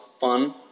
fun